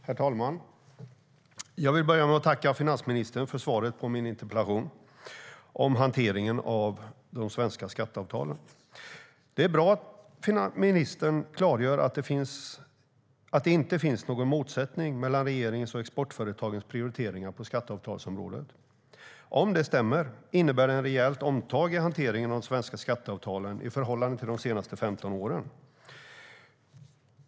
Herr talman! Jag vill börja med att tacka finansministern för svaret på min interpellation om hanteringen av de svenska skatteavtalen. Det är bra att ministern klargör att det inte finns någon motsättning mellan regeringens och exportföretagens prioriteringar på skatteavtalsområdet. Om det stämmer innebär det ett rejält omtag i hanteringen av de svenska skatteavtalen i förhållande till de senaste 15 åren.